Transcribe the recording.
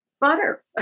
butter